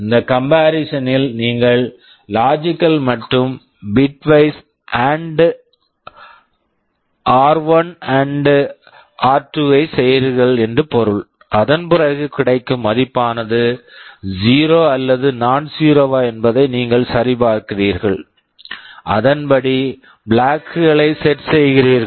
இந்த comparison comparison -ல் நீங்கள் லாஜிக்கல் logical மற்றும் bitwise bitwise AND AND R one r1 and R two r2 ஐ செய்கிறீர்கள் என்று பொருள் அதன் பிறகு கிடைக்கும் மதிப்பானது 0 அல்லது நான்சீரோ nonzero வா என்பதை நீங்கள் சரிபார்க்கிறீர்கள் அதன்படி பிளாக் flag களை செட் set செய்கிறீர்கள்